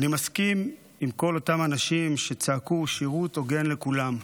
אני מסכים עם כל אותם אנשים שצעקו "שירות הוגן לכולם".